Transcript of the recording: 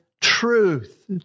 truth